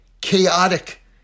chaotic